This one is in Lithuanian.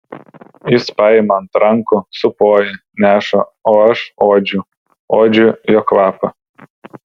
jis paima ant rankų sūpuoja neša o aš uodžiu uodžiu jo kvapą